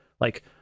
Like-